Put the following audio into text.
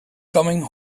coming